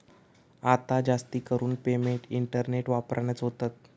आता जास्तीकरून payment internet वापरानच होतत